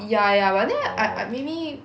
ya ya but then I I maybe